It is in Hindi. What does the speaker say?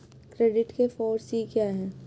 क्रेडिट के फॉर सी क्या हैं?